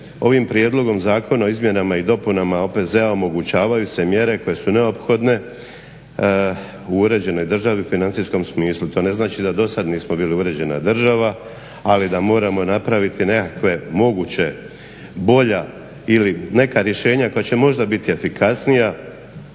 ovim Prijedlogom zakona o izmjenama i dopunama OPZ-a omogućavaju se mjere koje su neophodne u uređenoj državi u financijskom smislu. To ne znači da do sad nismo bili uređena država, ali da moramo napraviti nekakve moguće bolja ili neka rješenja koja će možda biti efikasnija.